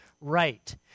right